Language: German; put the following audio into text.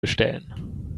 bestellen